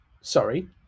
Sorry